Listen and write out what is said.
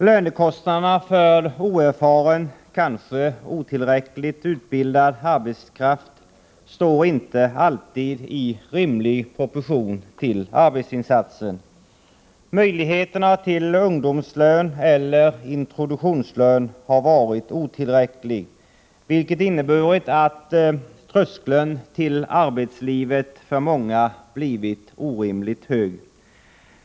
Lönekostnaderna för oerfaren, kanske otillräckligt utbildad, arbetskraft står inte alltid i rimlig proportion till arbetsinsatsen. Möjligheterna att få ungdomslön eller introduktionslön har varit otillräckliga, vilket inneburit att tröskeln till arbetslivet för många blivit orimligt hög.